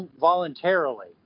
voluntarily